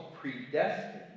predestined